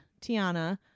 Tiana